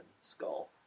skull